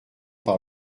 par